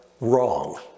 wrong